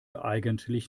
eigentlich